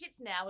now